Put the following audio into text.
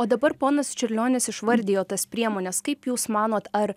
o dabar ponas čiurlionis išvardijo tas priemones kaip jūs manot ar